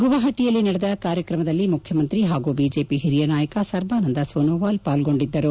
ಗುವಾಪಟಿಯಲ್ಲಿ ನಡೆದ ಕಾರ್ಯಕ್ರಮದಲ್ಲಿ ಮುಖ್ಯಮಂತ್ರಿ ಹಾಗೂ ಬಿಜೆಪಿ ಹಿರಿಯ ನಾಯಕ ಸರ್ಬಾನಂದ ಸೋನೋವಾಲ್ ಪಾಲ್ಗೊಂಡಿದ್ದರು